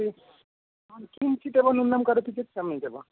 भवान् किञ्चित् एव न्यूनं करोतु चेत् सम्यक् एव